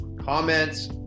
comments